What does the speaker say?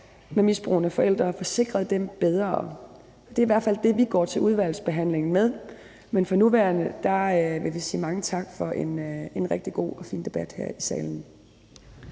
med misbrugende forældre, bedre. Det er i hvert fald det, vi går til udvalgsbehandlingen med, men for nuværende vil vi sige mange tak for en rigtig god og fin debat her i salen.